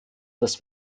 dass